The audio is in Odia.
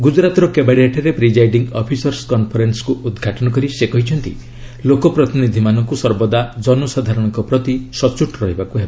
ଗୁଜରାତର କେବାଡ଼ିଆଠାରେ ପ୍ରିଚ୍ଚାଇଡିଙ୍ଗ୍ ଅଫିସର୍ସ୍ କନ୍ଫରେନ୍ସକୁ ଉଦ୍ଘାଟନ କରି ସେ କହିଛନ୍ତି ଲୋକପ୍ରତିନିଧିମାନଙ୍କୁ ସର୍ବଦା ଜନସାଧାରଣଙ୍କ ପ୍ରତି ସଚ୍ଚୋଟ ରହିବାକୁ ହେବ